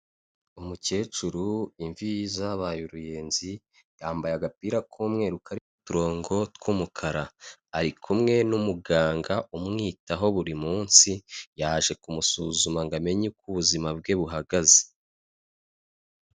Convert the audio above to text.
Umukecuru imvi zabaye uruyenzi, yambaye agapira k'umweru karimo uturongo tw'umukara, ari kumwe n'umuganga umwitaho buri munsi, yaje kumusuzuma ngo amenye uko ubuzima bwe buhagaze.